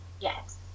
yes